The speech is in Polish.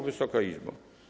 Wysoka Izbo!